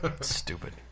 Stupid